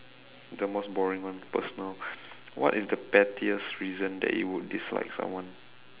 the most boring one personal what is the pettiest reason that you would dislike someone